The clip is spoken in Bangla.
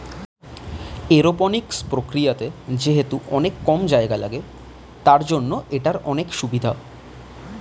এরওপনিক্স প্রক্রিয়াতে যেহেতু অনেক কম জায়গা লাগে, তার জন্য এটার অনেক সুভিধা